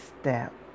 step